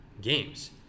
games